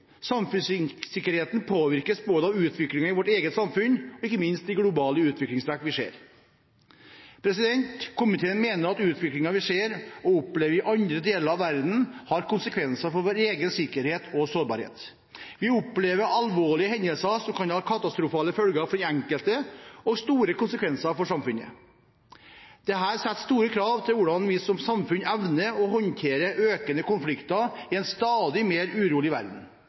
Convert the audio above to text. Samfunnssikkerheten påvirkes både av utviklingen i vårt eget samfunn og – ikke minst – av de globale utviklingstrekk vi ser. Komiteen mener at utviklingen vi ser og opplever i andre deler av verden, har konsekvenser for vår egen sikkerhet og sårbarhet. Vi opplever alvorlige hendelser som kan ha katastrofale følger for den enkelte og store konsekvenser for samfunnet. Dette stiller store krav til hvordan vi som samfunn evner å håndtere økende konflikter i en stadig mer urolig verden.